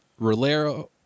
Rolero